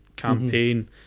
Campaign